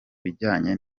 bijyanye